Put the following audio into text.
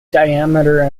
diameter